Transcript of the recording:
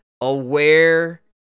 aware